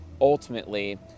ultimately